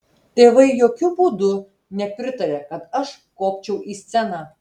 tėvai jokiu būdu nepritarė kad aš kopčiau į sceną